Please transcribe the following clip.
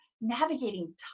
navigating